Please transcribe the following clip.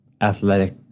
athletic